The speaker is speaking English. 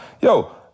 yo